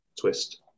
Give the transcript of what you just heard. twist